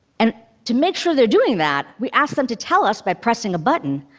and to make sure they're doing that, we ask them to tell us, by pressing a button,